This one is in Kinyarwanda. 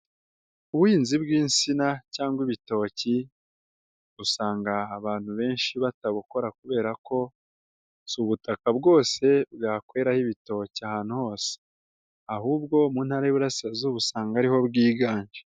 Ubuhinzi bw'insina cyangwa ibitoki usanga abantu benshi batabukora kubera ko si ubutaka bwose bwakweraho ibitoki ahantu hose, ahubwo mu ntara y'iburasirazuba usanga ariho bwiganje.